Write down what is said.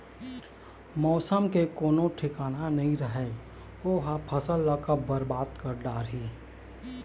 मउसम के कोनो ठिकाना नइ रहय ओ ह फसल ल कब बरबाद कर डारही